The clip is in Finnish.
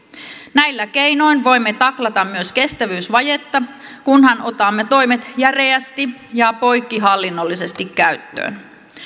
näillä keinoin voimme taklata myös kestävyysvajetta kunhan otamme toimet järeästi ja poikkihallinnollisesti käyttöön